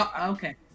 Okay